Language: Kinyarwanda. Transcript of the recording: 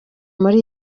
muri